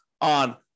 on